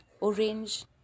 orange